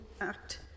Act